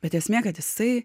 bet esmė kad jisai